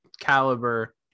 caliber